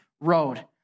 road